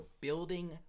building